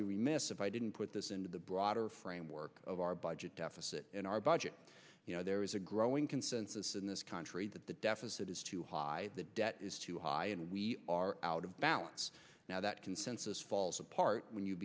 be remiss if i didn't put this into the broader framework of our budget deficit in our budget there is a growing consensus in this country that the deficit is too high the debt is too high and we are out of balance now that consensus falls apart when you